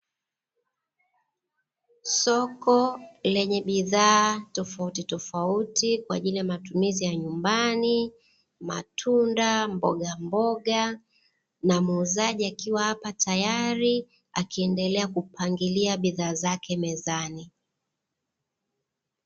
Soko lenye bidhaa tofautitofauti kwa ajili ya matumizi ya nyumbani, matunda, mbogamboga, na muuzaji; akiwa hapa tayari, akiendelea kupangilia bidhaa zake mezani.